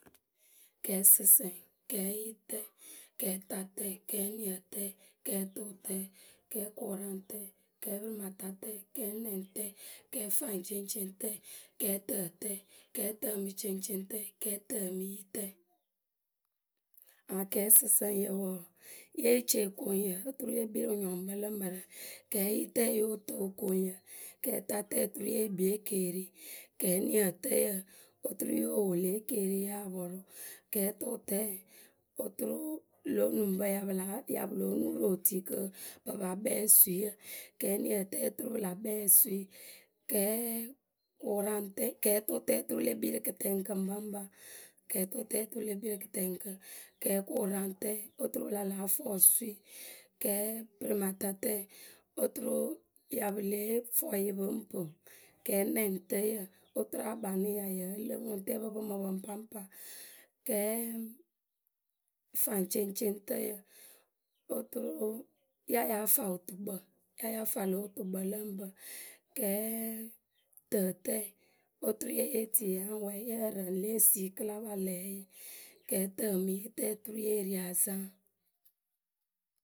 Kɛɛsɨsǝŋ, kɛɛyitǝ, kɛɛtatǝ, kɛɛniǝtǝ, kɛɛtʊtǝ, kɛɛkʊraŋtǝ, kɛɛpǝrɩmatatǝ, kɛɛnɛŋtǝ, kɛɛfaŋceŋceŋtǝ. kɛɛtǝtǝ, kɛɛtǝ mǝ ceŋceŋtǝ, kɛɛtǝ mǝ yitǝ, Aŋ kɛɛsɨsǝŋyǝ wɔɔ, yée ce okoŋyǝ oturu le kpii rɨ wǝnyɔŋkpǝ lǝ mǝrǝ. Kɛɛyitǝ yóo tu okoŋyǝ, kɛɛtatǝ oturu yeh kpii keeri, kɛɛniǝtǝyǝ, oturu yo wo lě ekeeri ya pɔrʊ, kɛɛtʊtǝ, oturu lǒ nuŋpǝ pǝ ya lóo nuuru otui kɨ pɨ pa kpɛŋ osuyǝ. Kɛɛniǝtǝ oturu pǝ la kpɛŋ osui, kɛɛ, tʊʊtǝ oturu le kpii rǝ kɨtɛŋkǝ ŋpaŋpa. kɛɛtʊtǝ oturu le kpii rǝ kɨtɛŋkǝ, kɛɛkʊraŋtǝ oturu pɨ la la fɔ osui, kɛɛprɩmatatǝ oturu. pɨ ya lée fɔ yǝ pǝ ŋ pɨŋ. kɛɛnɛŋtǝyǝ oturu akpanɨ ya yǝ́ǝ lɨ ŋʊŋtɛpǝ pɨ ŋ mɨ pǝ ŋpaŋpa, kɛɛ faŋceŋceŋtǝyǝ, kɛɛtǝtǝ oturu ya yáa fa wǝtukpǝ ya yáa fa lǒ wutukpǝ lǝ ŋ pǝ oturu ye ye ti la ŋ wɛɛ yǝh rǝŋ lě esii kɨ la pa lɛ yǝ kɛɛtǝ mǝ yitǝ oturu yeh ri azaŋ.